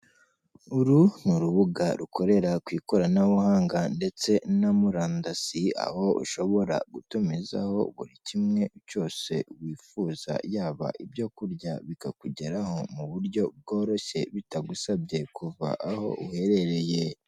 Uru ni urubuga rukorera ku ikoranabuhanga ndetse na murandasi aho ushobora gutumizaho buri kimwe cyose wifuza yaba ibyo kurya bikakugeraho mu buryo bworoshye bitagusabye kuva aho uherereye.